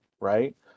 Right